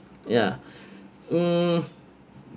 yeah hmm